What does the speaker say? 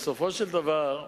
בסופו של דבר,